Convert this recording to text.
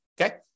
okay